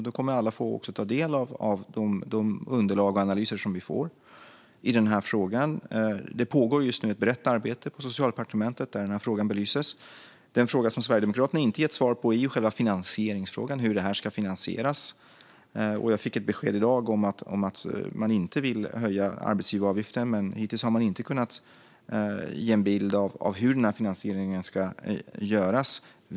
Då kommer alla att få ta del av de underlag och analyser som vi får i den här frågan. Det pågår just nu ett brett arbete på Socialdepartementet där den här frågan belyses. Den fråga som Sverigedemokraterna inte har gett svar på är hur det ska finansieras. Jag fick ett besked i dag om att man inte vill höja arbetsgivaravgiften. Men hittills har man inte kunnat ge en bild av hur finansieringen ska göras.